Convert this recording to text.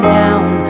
down